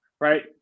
right